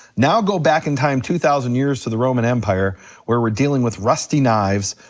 now, go back in time two thousand years to the roman empire where we're dealing with rusty knives,